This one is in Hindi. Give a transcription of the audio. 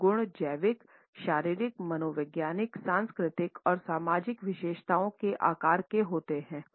ये गुण जैविक शारीरिक मनोवैज्ञानिक सांस्कृतिक और सामाजिक विशेषताओ के आकार के होते हैं